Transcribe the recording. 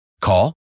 Call